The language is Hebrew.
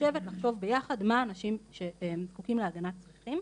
לשבת ולחשוב ביחד על מה אנשים שזקוקים להגנה צריכים,